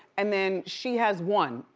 and then she has one,